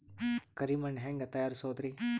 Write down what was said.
ಕರಿ ಮಣ್ ಹೆಂಗ್ ತಯಾರಸೋದರಿ?